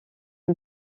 une